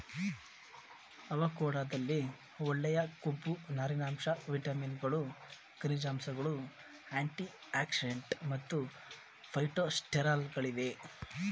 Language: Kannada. ಅವಕಾಡೊದಲ್ಲಿ ಒಳ್ಳೆಯ ಕೊಬ್ಬು ನಾರಿನಾಂಶ ವಿಟಮಿನ್ಗಳು ಖನಿಜಾಂಶಗಳು ಆಂಟಿಆಕ್ಸಿಡೆಂಟ್ ಮತ್ತು ಫೈಟೊಸ್ಟೆರಾಲ್ಗಳಿವೆ